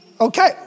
Okay